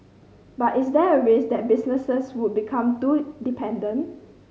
but is there a risk that businesses would become too dependent